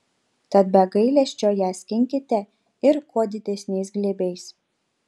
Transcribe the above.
tad be gailesčio ją skinkite ir kuo didesniais glėbiais